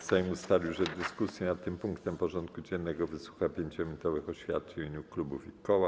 Sejm ustalił, że w dyskusji nad tym punktem porządku dziennego wysłucha 5-minutowych oświadczeń w imieniu klubów i koła.